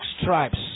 stripes